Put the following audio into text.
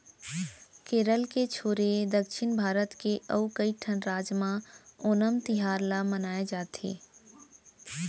केरल के छोरे दक्छिन भारत के अउ कइठन राज म ओनम तिहार ल मनाए जाथे